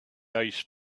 ice